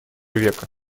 века